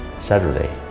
Saturday